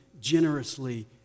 generously